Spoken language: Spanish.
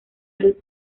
luz